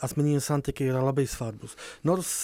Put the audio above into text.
asmeniniai santykiai yra labai svarbūs nors